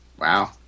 Wow